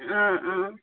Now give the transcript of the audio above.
অঁ অঁ